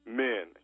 men